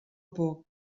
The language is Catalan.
poc